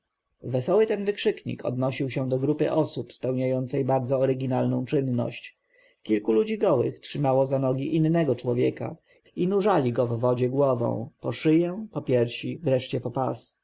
wesoły ten wykrzyknik odnosił się do grupy osób spełniających bardzo oryginalną czynność kilku ludzi gołych trzymało za nogi innego człowieka i nurzali mu w wodzie głowę po szyję po piersi wreszcie po